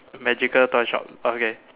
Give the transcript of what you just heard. magical toy shop okay